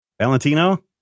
Valentino